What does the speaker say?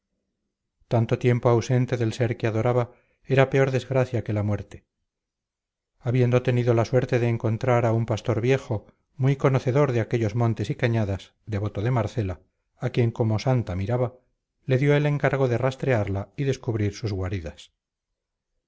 tanto tiempo ausente del ser que adoraba era peor desgracia que la muerte habiendo tenido la suerte de encontrar a un pastor viejo muy conocedor de aquellos montes y cañadas devoto de marcela a quien como santa miraba le dio el encargo de rastrearla y descubrir sus guaridas